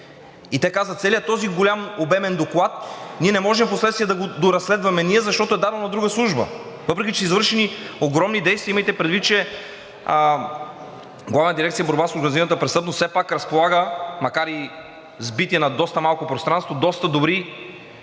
и те казват: целият този голям обемен доклад ние не можем впоследствие да го разследваме, защото е даден на друга служба, въпреки че са извършени огромни действия. Имайте предвид, че Главна дирекция „Борба с организираната престъпност“ все пак разполага, макар и сбити – на доста малко пространство, с доста добри